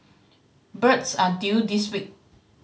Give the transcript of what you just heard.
birds are due this week